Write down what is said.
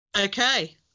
Okay